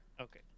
Okay